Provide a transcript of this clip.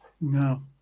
No